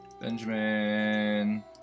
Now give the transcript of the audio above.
Benjamin